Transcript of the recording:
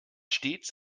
stets